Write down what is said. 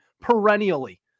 perennially